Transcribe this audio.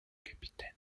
capitaine